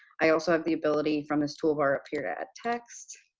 i also have the ability from this toolbar up here to add text.